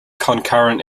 concurrent